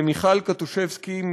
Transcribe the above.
למיכל קטושבסקי,